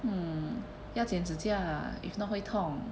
嗯要剪指甲啦 if not 会痛